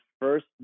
first